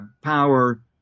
power